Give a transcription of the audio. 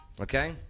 Okay